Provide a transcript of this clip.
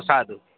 साधुः